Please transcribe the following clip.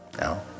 No